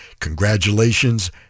congratulations